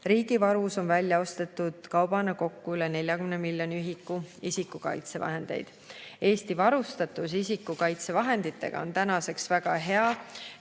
Riigivarus on välja ostetud kaubana kokku üle 40 miljoni ühiku isikukaitsevahendeid. Eesti varustatus isikukaitsevahenditega on tänaseks väga hea